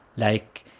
like,